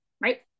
right